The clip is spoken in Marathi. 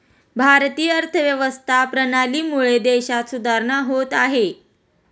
भारतीय अर्थव्यवस्था प्रणालीमुळे देशात सुधारणा होत आहे